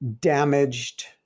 damaged